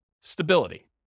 stability